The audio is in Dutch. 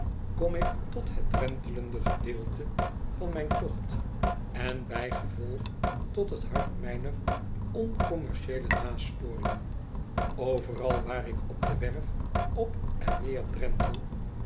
kom ik tothet drentelende gedeelte van mijn tocht en bijgevolg tot het hart mijner onoommercieele nasporingen overal waar ik op de werf op en neer drentel